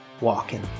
walking